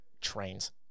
trains